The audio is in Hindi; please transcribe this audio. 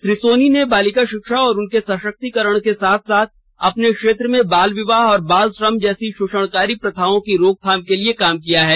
श्री सोनी ने बालिका शिक्षा और उनके सशक्तीकरण के साथ साथ अपने क्षेत्र में बाल विवाह और बाल श्रम जैसी शोषणकारी प्रथाओं की रोकथाम के लिए काम किया है